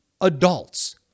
adults